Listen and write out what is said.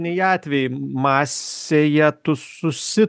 niai atvejai masėje tu susi